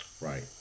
Right